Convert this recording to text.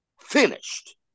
finished